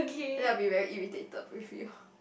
then I'll be very irritated with you